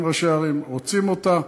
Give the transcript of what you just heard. אם ראשי ערים רוצים אותה,